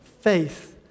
faith